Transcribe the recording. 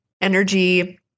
energy